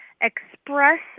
express